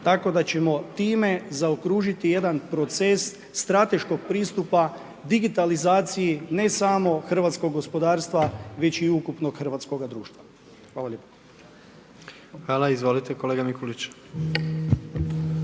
tako da ćemo time zaokružiti jedan proces strateškog pristupa digitalizaciji, ne samo hrvatskog gospodarstva već i ukupnog hrvatskoga društva. Hvala lijepa. **Jandroković,